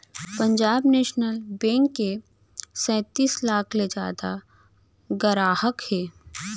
Punjab National Bank के सैतीस लाख ले जादा गराहक हे